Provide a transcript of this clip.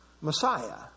Messiah